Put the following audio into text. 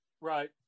Right